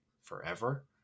forever